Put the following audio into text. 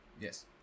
Yes